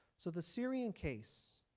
so the syrian case,